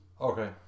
Okay